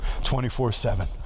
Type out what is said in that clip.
24-7